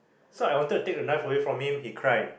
so I wanted to take the knife away from him he cried